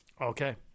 Okay